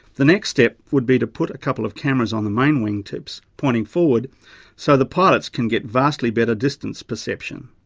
the next step would be to put a couple of cameras on the main wing tips pointing forward so the pilots can get vastly better distance perception.